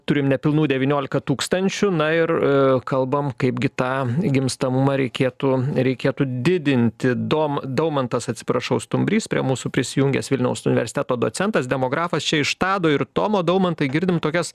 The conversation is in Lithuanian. turim nepilnų devyniolika tūkstančių na ir kalbam kaipgi tą gimstamumą reikėtų reikėtų didintidom daumantas atsiprašau stumbrys prie mūsų prisijungęs vilniaus universiteto docentas demografas čia iš tado ir tomo daumantai girdim tokias